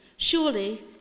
Surely